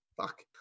Fuck